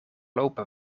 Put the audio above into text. open